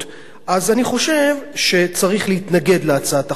אז אני חושב שצריך להתנגד להצעת החוק הזו,